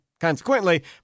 consequently